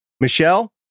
Michelle